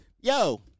yo